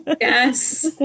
Yes